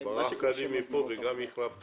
החלפת